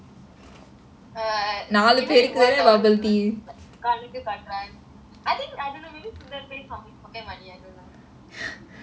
err even if one dollar we don't we can't கண்டிப்பா பண்றேன்:kandippaa pandraen I think I don't know maybe sundra pay from his pocket money I don't know